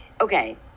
okay